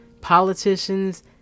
politicians